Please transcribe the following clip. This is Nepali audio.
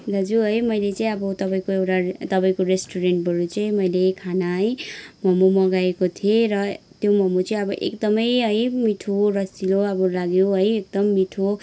दाजु है मैले चाहिँ अब तपाईँको एउटा तपाईँको रेस्टुरेन्टबाट चाहिँ मैले खाना है मोमो मगाएको थिएँ र त्यो मोमो चाहिँ एकदमै है मिठो रसिलो अब लाग्यो है एकदम मिठो